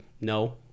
no